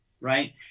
right